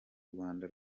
rwanda